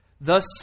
thus